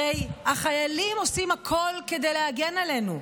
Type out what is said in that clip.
הרי החיילים עושים הכול כדי להגן עלינו,